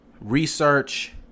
research